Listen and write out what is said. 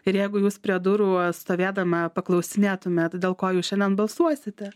ir jeigu jūs prie durų stovėdama paklausinėtumėt dėl ko jūs šiandien balsuosite